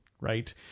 right